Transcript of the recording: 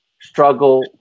struggle